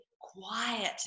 quiet